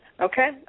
Okay